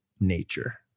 nature